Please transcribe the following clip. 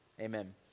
amen